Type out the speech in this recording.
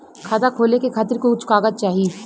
खाता खोले के खातिर कुछ कागज चाही?